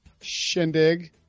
shindig